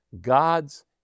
God's